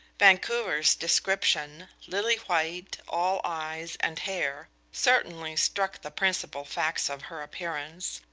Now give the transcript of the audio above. vancouver's description lily-white, all eyes and hair certainly struck the principal facts of her appearance,